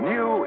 New